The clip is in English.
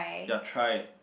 ya try